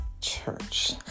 church